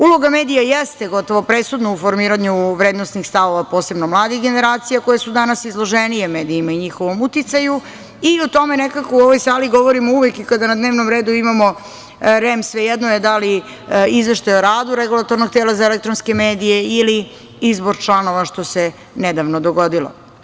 Uloga medija jeste gotovo presudna u formiranju vrednosnih stavova posebno mladih generacija koje su danas izloženije medijima i njihovom uticaju i o tome nekako u ovoj sali govorimo uvek i kada na dnevnom redu imamo REM, svejedno je da li izveštaj o radu Regulatornog tela za elektronske medije ili izbor članova, što se nedavno dogodilo.